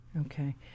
Okay